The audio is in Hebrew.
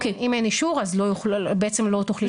אם אין אישור, אז בעצם לא תוכלי להיבדק.